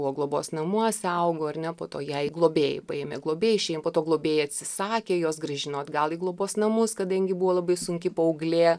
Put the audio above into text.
buvo globos namuose augo ir ne po to ją globėjai paėmė globėjai šie po to globėjai atsisakė jos grąžino atgal į globos namus kadangi buvo labai sunki paauglė